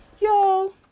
Yo